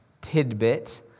tidbit